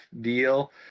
deal